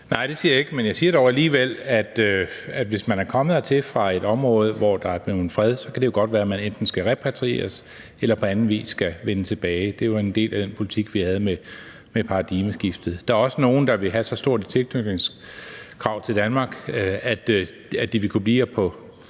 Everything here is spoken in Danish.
Fuglede (V): Nej, det siger jeg ikke; men jeg siger dog alligevel, at hvis man er kommet hertil fra et område, hvor der er blevet fred, så kan det jo godt være, at man enten skal repatrieres eller på anden vis vende tilbage. Det er jo en del af den politik, vi havde med paradigmeskiftet. Der er også nogle, der vil have så stort et tilknytningskrav til Danmark, at de vil kunne blive her på